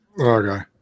Okay